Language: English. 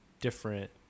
different